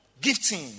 gifting